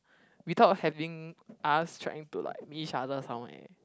without having us trying to like meet each other somewhere